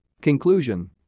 Conclusion